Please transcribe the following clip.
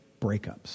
breakups